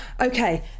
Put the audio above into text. okay